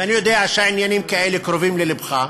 ואני יודע שעניינים כאלה קרובים ללבך: